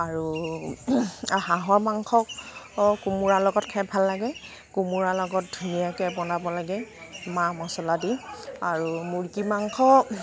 আৰু আৰু হাঁহৰ মাংস অ কোমোৰাৰ লগত খাই ভাল লাগে কোমোৰা লগত ধুনীয়াকৈ বনাব লাগে মা মছলা দি আৰু মুৰ্গী মাংস